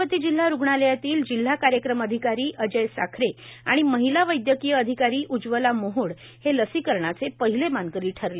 अमरावती जिल्हा रुग्णालयातील जिल्हा कार्यक्रम अधिकारी अजय साखरे आणि महिला वैद्यकीय अधिकारी उज्ज्वला मोहोड हे लसीकरणाचे पहिले मानकरी ठरले